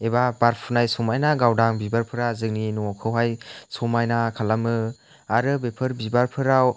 एबा बारफुनाय समायना गावदां बिबारफोरा जोंनि न'खौहाय समायना खालामो आरो बेफोर बिबारफोराव